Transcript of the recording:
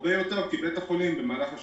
הרבה יותר מזה כי בית החולים גדל במהלך השנים,